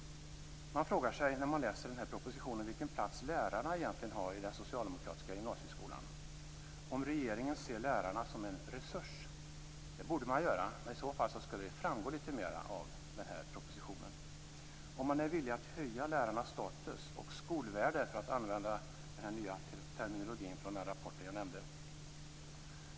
Jag frågar mig när jag läser propositionen vilken plats lärarna egentligen har i den socialdemokratiska gymnasieskolan, om regeringen ser lärarna som en resurs. Det borde man göra, men i så fall skall det framgå mer av propositionen om man är villig att höja lärarnas status och skolvärde - för att använda den nya terminologin från rapporten jag nämnde.